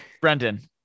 brendan